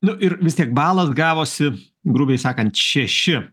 nu ir vis tiek balas gavosi grubiai sakant šeši